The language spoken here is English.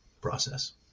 process